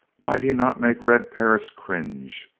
might he not make red perris cringe!